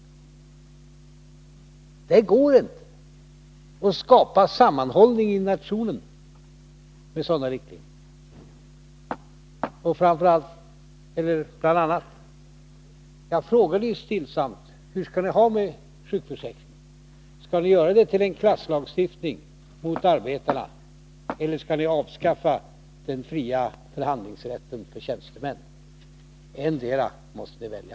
Det går inte att skapa sammanhållning inom nationen med sådana riktlinjer. Jag frågade helt stillsamt: Hur skall ni ha det med sjukförsäkringen? Skall ni göra den till en klasslagstiftning mot arbetarna, eller skall ni avskaffa den fria förhandlingsrätten för tjänstemän? Ettdera måste ni välja.